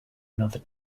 another